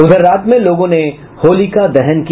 उधर रात में लोगों ने होलिका दहन किया